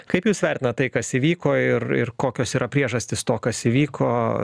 kaip jūs vertinat tai kas įvyko ir ir kokios yra priežastys to kas įvyko